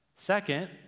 Second